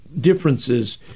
differences